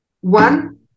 one